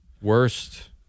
Worst